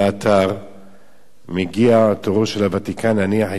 מגיע תורו של הוותיקן להניח את ידו על ירושלים היהודית.